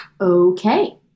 okay